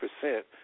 percent